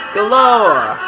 Galore